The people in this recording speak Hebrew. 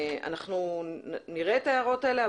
אנחנו נראה את ההערות האלה,